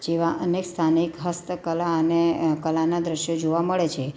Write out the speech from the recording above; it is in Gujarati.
જેવા અનેક સ્થાનિક હસ્તકલા અને કલાના દૃશ્યો જોવા મળે છે